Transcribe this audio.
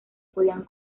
podían